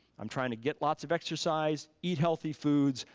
i'm trying to get lots of exercise, eat healthy foods,